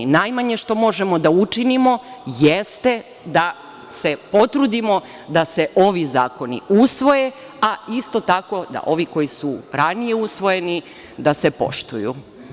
Najmanje što možemo da učinimo jeste da se potrudimo da se ovi zakoni usvoje, a isto tako, da ovi koji su ranije usvojeni, da se poštuju.